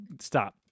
stop